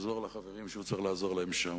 יעזור לחברים שהוא צריך לעזור להם שם.